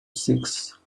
six